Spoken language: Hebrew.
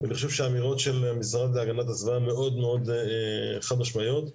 אני חושב שהאמירות של המשרד להגנת הסביבה מאוד חד משמעויות.